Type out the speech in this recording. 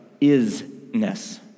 is-ness